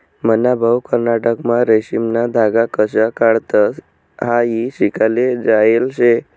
मन्हा भाऊ कर्नाटकमा रेशीमना धागा कशा काढतंस हायी शिकाले जायेल शे